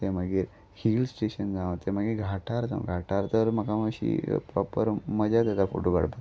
ते मागीर hill station जावं तें मागीर घाटार जावं घाटार तर म्हाका मातशी प्रोपर मजाच येता फोटो काडपाक